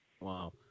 Wow